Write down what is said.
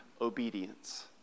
obedience